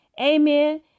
Amen